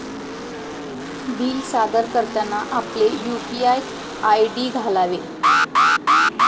bill सादर करताना आपले यू.पी.आय आय.डी घालावे